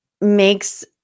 makes